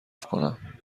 کنم